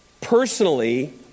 personally